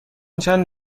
چند